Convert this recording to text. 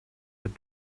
but